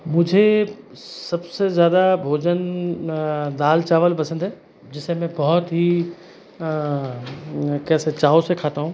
मुझे सबसे ज़्यादा भोजन दाल चावल पसंद है जिसे मैं बहुत ही कैसे चाव से खाता हूँ